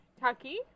Tucky